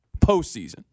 postseason